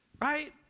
Right